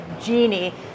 Genie